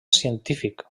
científic